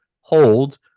hold